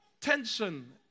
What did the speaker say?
tension